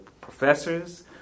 professors